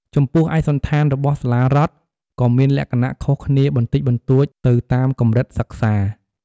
ចំពោះឯកសណ្ឋានរបស់សាលារដ្ឋក៏មានលក្ខណៈខុសគ្នាបន្តិចបន្តួចទៅតាមកម្រិតសិក្សា។